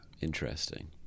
Interesting